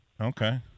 Okay